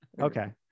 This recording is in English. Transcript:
Okay